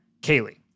Kaylee